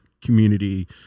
community